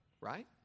Right